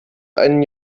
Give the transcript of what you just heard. einen